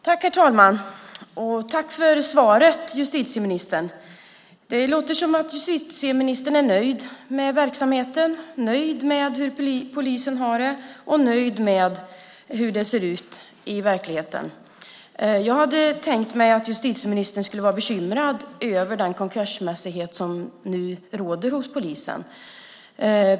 Herr talman! Tack för svaret, justitieministern! Det låter som om justitieministern är nöjd med verksamheten, nöjd med hur polisen har det och nöjd med hur det ser ut i verkligheten. Jag hade tänkt mig att justitieministern skulle vara bekymrad över den konkursmässighet som nu råder hos polisen.